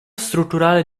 strutturale